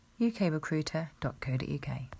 UKRecruiter.co.uk